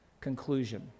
conclusion